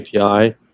API